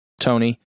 Tony